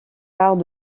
arts